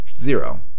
Zero